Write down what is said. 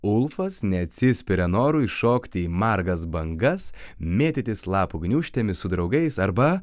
volfas neatsispiria norui šokti į margas bangas mėtytis lapų gniūžtėmis su draugais arba